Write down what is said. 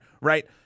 Right